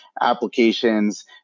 applications